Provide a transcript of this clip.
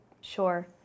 Sure